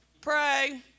pray